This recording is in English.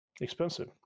expensive